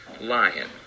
lion